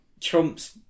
Trump's